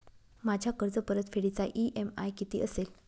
माझ्या कर्जपरतफेडीचा इ.एम.आय किती असेल?